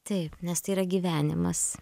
taip nes tai yra gyvenimas